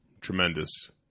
tremendous